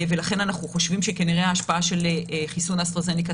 ולכן אנחנו חושבים שכנראה ההשפעה על חיסון האסטרהזניקה